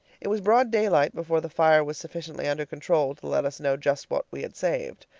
it was broad daylight before the fire was sufficiently under control to let us know just what we had saved.